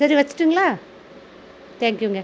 சரி வச்சிடட்டுங்களா தேங்க்யூங்க